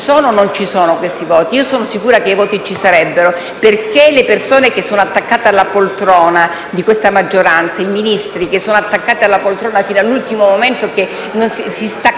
sono o meno questi voti. Io sono sicura che i voti ci sarebbero, perché le persone che sono attaccate alla poltrona di questa maggioranza, i Ministri attaccati alla poltrona fino all'ultimo momento, dalla